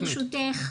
ברשותך,